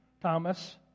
Thomas